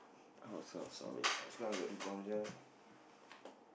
oh so sorry